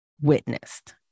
witnessed